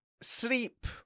sleep